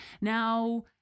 Now